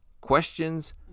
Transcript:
questions